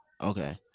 Okay